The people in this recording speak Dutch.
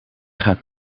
gaat